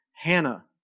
Hannah